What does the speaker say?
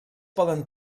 poden